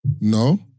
No